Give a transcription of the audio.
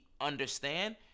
understand